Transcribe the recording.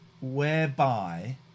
whereby